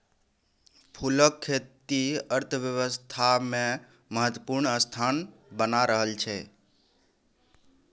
फूलक खेती अर्थव्यवस्थामे महत्वपूर्ण स्थान बना रहल छै